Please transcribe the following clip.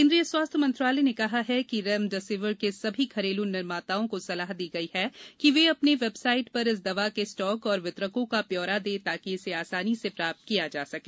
केंद्रीय स्वास्थ्य मंत्रालय ने कहा है कि रेमडेसिविर के सभी घरेलू निर्माताओं को सलाह दी गई है कि वे अपने वेबसाइट पर इस दवा के स्टॉक और वितरकों का ब्योरा दें ताकि इसे आसानी से प्राप्तं किया जा सके